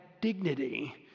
dignity